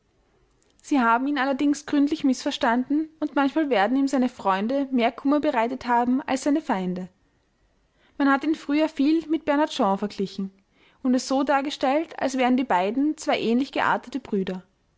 sie haben ihn allerdings gründlich mißverstanden und manchmal werden ihm seine freunde mehr kummer bereitet haben als seine feinde man hat ihn früher viel mit bernard shaw verglichen und es so dargestellt als wären die beiden zwei ähnlich geartete brüder